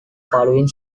following